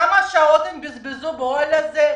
כמה שעות הם בזבזו באוהל הזה?